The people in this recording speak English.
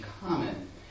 common